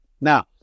Now